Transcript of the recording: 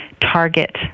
target